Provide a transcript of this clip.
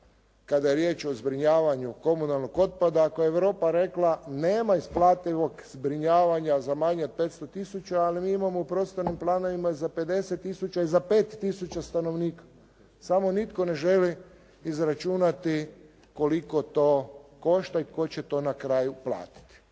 kada je riječ o zbrinjavanju komunalnog otpada. Ako je Europa rekla nema isplativog zbrinjavanja za manje od 500 tisuća, ali mi imamo u prostornim planovima i za 50 tisuća i za 5 tisuća stanovnika. Samo nitko ne želi izračunati koliko to košta i tko će to na kraju platiti.